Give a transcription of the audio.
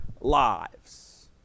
lives